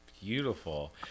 beautiful